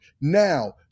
Now